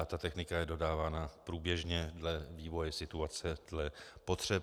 Ta technika je dodávána průběžně dle vývoje situace, dle potřeb.